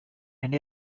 and